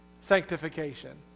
Sanctification